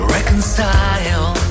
Reconcile